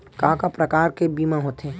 का का प्रकार के बीमा होथे?